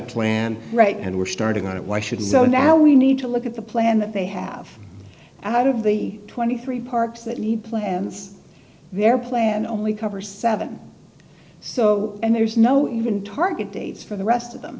plan right and we're starting on it why should so now we need to look at the plan that they have out of the twenty three dollars parks that he plans their plan only cover seven so and there's no even target dates for the rest of them